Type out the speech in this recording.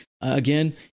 Again